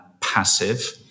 passive